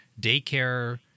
daycare